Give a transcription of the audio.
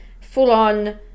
full-on